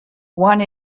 one